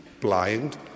blind